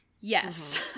Yes